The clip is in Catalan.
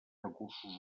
recursos